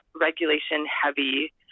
regulation-heavy